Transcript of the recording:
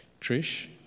Trish